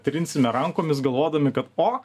trinsime rankomis galvodami kad o